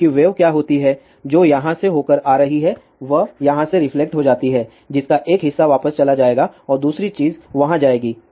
क्योंकि वेव क्या होती है जो यहाँ से होकर आ रही है वह यहाँ से रिफ्लेक्ट हो जाती है जिसका एक हिस्सा वापस चला जाएगा और दूसरी चीज़ वहाँ जाएगी